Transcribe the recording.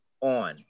on